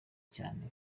cyane